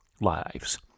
lives